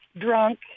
drunk